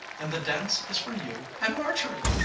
and the dance is for you and marjorie!